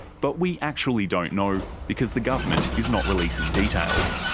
but we actually don't know because the government is not releasing details.